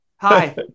Hi